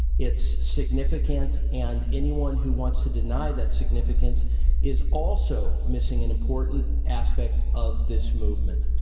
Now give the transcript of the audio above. it's significant, and anyone who wants to deny that significance is also missing an important aspect of this movement.